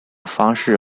方式